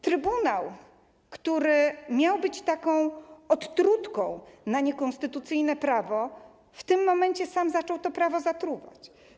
Trybunał, który miał być taką odtrutką na niekonstytucyjne prawo, w tym momencie sam zaczął to prawo zatruwać.